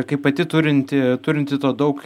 kaip pati turinti turinti to daug